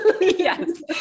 Yes